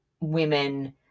women